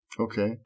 Okay